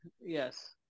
Yes